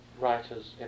writers